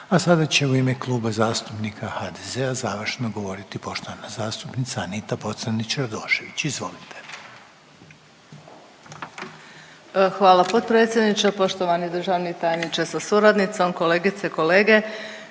A sada će u ime Kluba zastupnika HDZ-a završno govoriti poštovana zastupnica Anita Pocrnić-Radošević. Izvolite. **Pocrnić-Radošević, Anita (HDZ)** Hvala potpredsjedniče, poštovani državni tajniče sa suradnicom, kolegice, kolege.